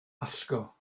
allgo